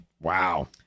Wow